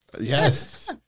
Yes